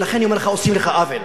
ולכן אני אומר לך, עושים לך עוול.